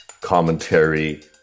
commentary